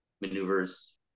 maneuvers